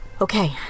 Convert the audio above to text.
Okay